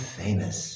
famous